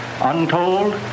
Untold